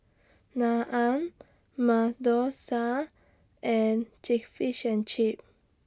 Naan Masoor Dal and Fish and Chips